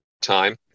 time